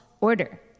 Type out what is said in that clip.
order